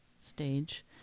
stage